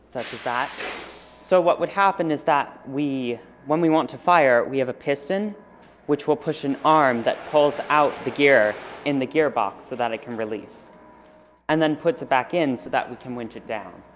that so what would happen is that we when we want to fire we have a piston which will push an arm that pulls out the gear in the gearbox so that it can release and then puts it back in so that we can winch it down